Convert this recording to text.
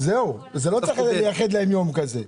לא צריך לייחד להן יום כזה,